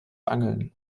angeln